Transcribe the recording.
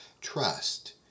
Trust